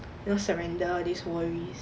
you know surrender these worries